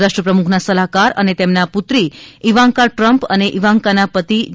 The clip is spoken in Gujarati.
રાષ્ટ્ર પ્રમુખના સલાહકાર અને તેમના પુત્રી ઈવાન્કા ટ્રમ્પ અને ઈવાન્કાના પતિ જે